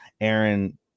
Aaron